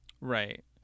Right